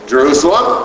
Jerusalem